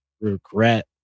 regret